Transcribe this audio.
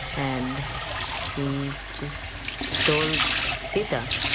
and he just stole sita.